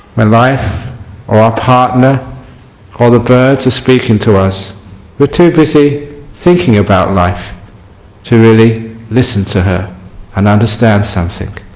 when life or our partner or the birds are speaking to us we are too busy thinking about life to really listen to her and understand something.